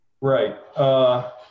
Right